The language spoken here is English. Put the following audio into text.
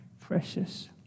precious